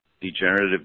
degenerative